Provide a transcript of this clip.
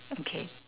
okay